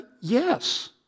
yes